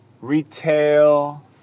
retail